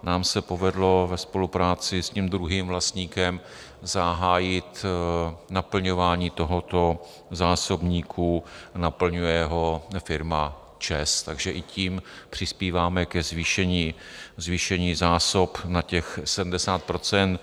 Nám se povedlo ve spolupráci s druhým vlastníkem zahájit naplňování tohoto zásobníku, naplňuje ho firma ČEZ, takže i tím přispíváme ke zvýšení zásob na těch 70 %.